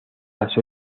las